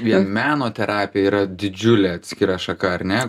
vien meno terapija yra didžiulė atskira šaka ar ne